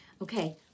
Okay